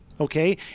Okay